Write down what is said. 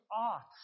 arts